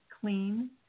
clean